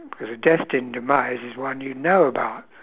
because a destined demise is one you know about